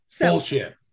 bullshit